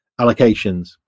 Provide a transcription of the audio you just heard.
allocations